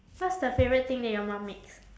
what's the favourite thing that your mum makes